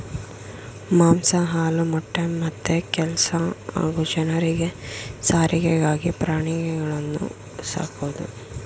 ಮಾಂಸ ಹಾಲು ಮೊಟ್ಟೆ ಮತ್ತೆ ಕೆಲ್ಸ ಹಾಗೂ ಜನರಿಗೆ ಸಾರಿಗೆಗಾಗಿ ಪ್ರಾಣಿಗಳನ್ನು ಸಾಕೋದು